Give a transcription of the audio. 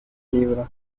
libro